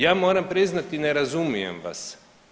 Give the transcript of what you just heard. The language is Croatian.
Ja moram priznati ne razumijem vas.